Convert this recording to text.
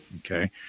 Okay